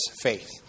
faith